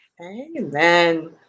Amen